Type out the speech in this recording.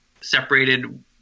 separated